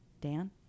Dan